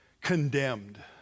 condemned